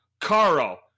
Caro